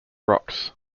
rocks